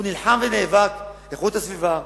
הוא נלחם ונאבק, איכות הסביבה,